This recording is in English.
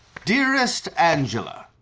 dearest angela.